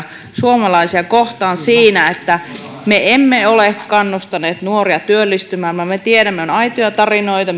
suomalaisia kohtaan siinä että me emme ole kannustaneet nuoria työllistymään vaan me tiedämme että on aitoja tarinoita